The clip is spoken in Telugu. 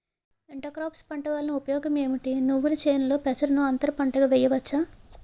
ఇంటర్ క్రోఫ్స్ పంట వలన ఉపయోగం ఏమిటి? నువ్వుల చేనులో పెసరను అంతర పంటగా వేయవచ్చా?